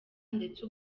ndetse